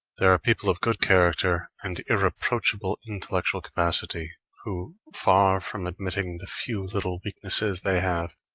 there are people of good character and irreproachable intellectual capacity, who, far from admitting the few little weaknesses they have,